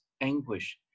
anguish